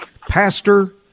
pastor